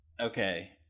Okay